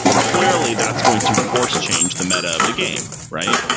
clearly that's going to force change the meta of the game, right?